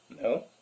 No